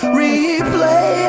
replay